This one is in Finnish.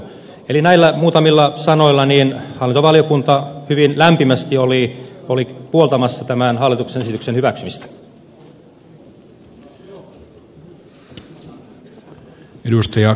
eli näillä muutamilla sanoilla hallintovaliokunta hyvin lämpimästi oli puoltamassa tämän hallituksen esityksen hyväksymistä